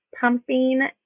pumping